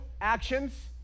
actions